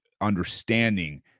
understanding